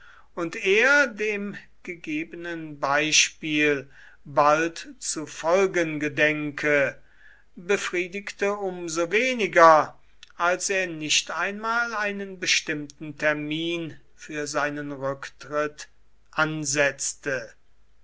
und er dem gegebenen beispiel bald zu folgen gedenke befriedigte um so weniger als er nicht einmal einen bestimmten termin für seinen rücktritt ansetzte